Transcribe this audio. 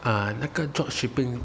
啊那个 drop shipping